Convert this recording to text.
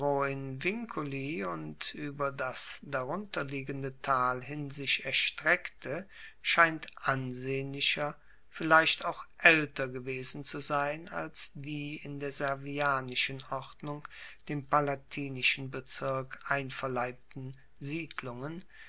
und ueber das darunter liegende tal hin sich erstreckte scheint ansehnlicher vielleicht auch aelter gewesen zu sein als die in der servianischen ordnung dem palatinischen bezirk einverleibten